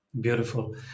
beautiful